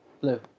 Blue